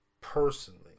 personally